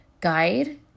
guide